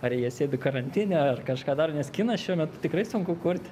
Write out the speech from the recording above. ar jie sėdi karantine ar kažką daro nes kiną šiuo metu tikrai sunku kurti